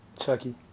Chucky